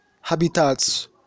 habitats